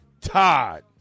Todd